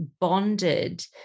bonded